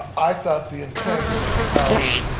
i thought the intent of